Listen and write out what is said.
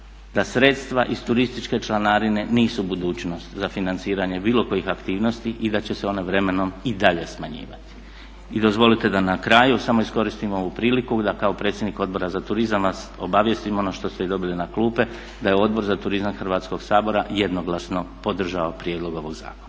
da sredstva iz turističke članarine nisu budućnost za financiranje bilo kojih aktivnosti i da će se one vremenom i dalje smanjivati. I dozvolite da na kraju samo iskoristim ovu priliku da kao predsjednik Odbora za turizam vas obavijestim ono što ste i dobili na klupe, da je Odbor za turizam Hrvatskog sabora jednoglasno podržao prijedlog ovog zakona.